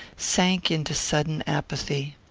sank into sudden apathy.